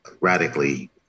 radically